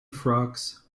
frogs